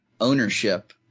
ownership